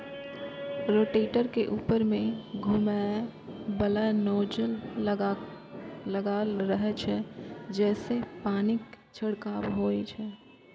rotator के ऊपर मे घुमैबला नोजल लागल रहै छै, जइसे पानिक छिड़काव होइ छै